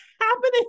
happening